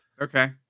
Okay